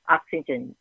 Oxygen